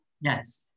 Yes